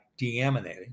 deaminating